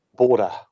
border